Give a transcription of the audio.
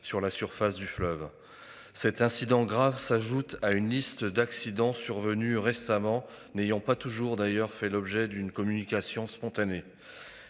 sur la surface du fleuve. Cet incident grave s'ajoute à une liste d'accidents survenus récemment n'ayant pas toujours d'ailleurs fait l'objet d'une communication en spontanée.